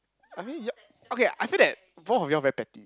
I mean you're okay I feel that both of you're very petty